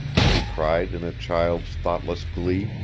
she cried in a child's thoughtless glee.